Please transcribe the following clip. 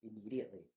immediately